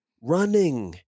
running